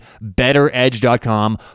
Betteredge.com